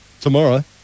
tomorrow